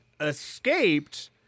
escaped